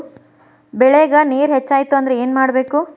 ಬೆಳೇಗ್ ನೇರ ಹೆಚ್ಚಾಯ್ತು ಅಂದ್ರೆ ಏನು ಮಾಡಬೇಕು?